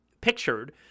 pictured